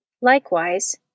Likewise